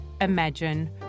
imagine